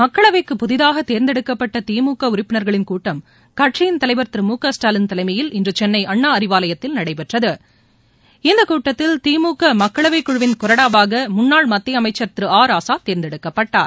மக்களவைக்கு புதிதாக தேர்ந்தெடுக்கப்பட்ட திமுக உறுப்பினர்களின் கூட்டம் கட்சியின் தலைவர் திரு மு க ஸ்டாலின் தலைமயில் இன்று சென்னை அண்ணா அறிவாலயத்தில் நடைபெற்றது இந்தக் கூட்டத்தில் திமுக மக்களவைக்குழுவின் கொறடாவாக முன்னாள் மத்திய அமைச்சர் திரு ஆ ராசா தேர்ந்தெடுக்கப்பட்டார்